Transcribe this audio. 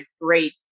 great